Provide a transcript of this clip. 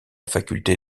faculté